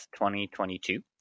2022